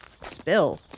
Spill